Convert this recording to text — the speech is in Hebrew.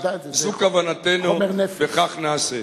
זו כוונתנו, וכך נעשה.